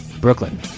Brooklyn